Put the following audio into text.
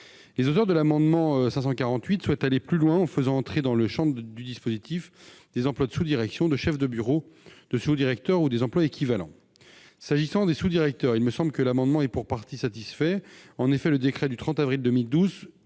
Les auteurs de l'amendement souhaitent aller plus loin en faisant entrer dans le champ du dispositif des emplois de sous-direction, chef de bureau, sous-directeur et équivalents. S'agissant des sous-directeurs, il me semble que l'amendement est pour partie satisfait. En effet, le décret du 30 avril 2012